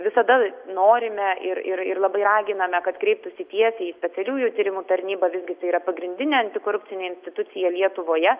visada norime ir ir ir labai raginame kad kreiptųsi tiesiai į specialiųjų tyrimų tarnybą visgi tai yra pagrindinė antikorupcinė institucija lietuvoje